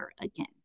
again